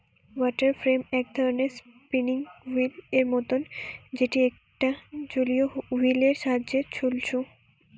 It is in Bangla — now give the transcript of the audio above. ওয়াটার ফ্রেম এক ধরণের স্পিনিং ওহীল এর মতন যেটি একটা জলীয় ওহীল এর সাহায্যে ছলছু